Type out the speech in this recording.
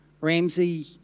Ramsey